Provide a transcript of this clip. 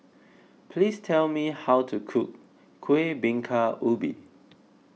please tell me how to cook Kuih Bingka Ubi